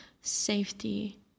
safety